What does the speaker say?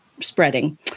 spreading